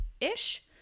ish